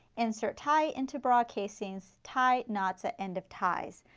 insert tie into bra casings, tie knots at end of ties.